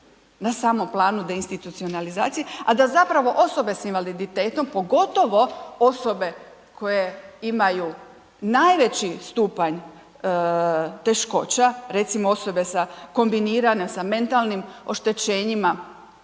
na samom planu deinstitucionalizacije, a da zapravo osobe s invaliditetom, pogotovo osobe koje imaju najveći stupanj teškoća, recimo osobe sa kombinirane sa mentalnim oštećenjima,